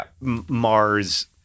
Mars